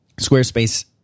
Squarespace